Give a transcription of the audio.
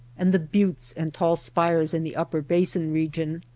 and the buttes and tall spires in the upper basin region,